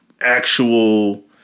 actual